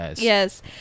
Yes